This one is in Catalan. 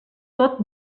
tot